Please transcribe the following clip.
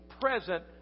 present